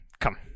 come